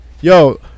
Yo